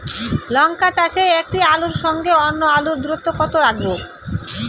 লঙ্কা চাষে একটি আলুর সঙ্গে অন্য আলুর দূরত্ব কত রাখবো?